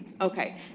Okay